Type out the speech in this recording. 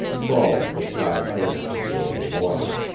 crawled beside gramps toward the water.